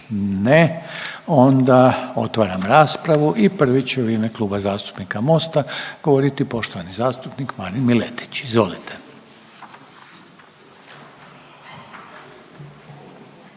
Ne. Onda, otvaram raspravu i prvi će u ime Kluba zastupnika Mosta govoriti poštovani zastupnik Marin Miletić. Izvolite.